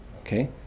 okay